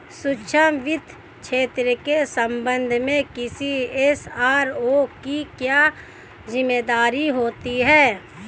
सूक्ष्म वित्त क्षेत्र के संबंध में किसी एस.आर.ओ की क्या जिम्मेदारी होती है?